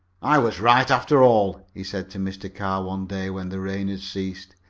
i was right, after all, he said to mr. carr, one day when the rain had ceased.